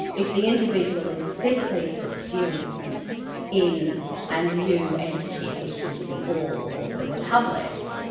if the individual is simply subsumed in a new entity, which is the all or the republic,